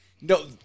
No